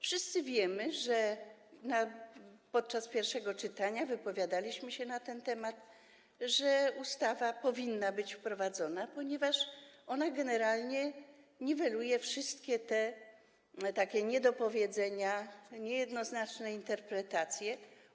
Wszyscy wiemy - podczas pierwszego czytania wypowiadaliśmy się na ten temat - że ustawa powinna być wprowadzona, ponieważ ona generalnie niweluje wszystkie te niedopowiedzenia, niejednoznaczne interpretacje.